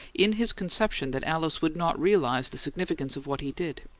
in his conception that alice would not realize the significance of what he did.